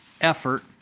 effort